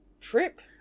trip